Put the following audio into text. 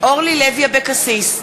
אורלי לוי אבקסיס,